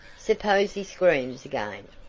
suppose he screams again?